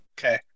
Okay